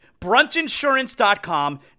Bruntinsurance.com